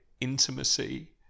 intimacy